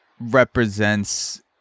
represents